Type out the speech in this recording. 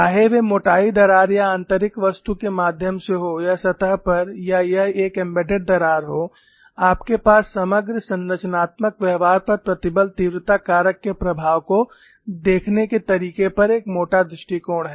चाहे वे मोटाई दरार या आंतरिक वस्तु के माध्यम से हो या सतह पर या यह एक एम्बेडेड दरार हो आपके पास समग्र संरचनात्मक व्यवहार पर प्रतिबल तीव्रता कारक के प्रभाव को देखने के तरीके पर एक मोटा दृष्टिकोण है